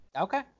Okay